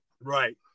right